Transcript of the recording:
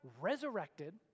resurrected